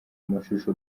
amashusho